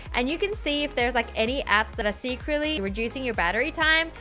and you can see there's like any apps, that secretly reducing your battery time,